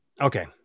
okay